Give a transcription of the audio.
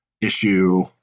issue